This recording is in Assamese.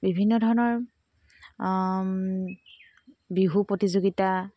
বিভিন্ন ধৰণৰ বিহু প্ৰতিযোগিতা